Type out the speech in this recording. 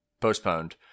postponed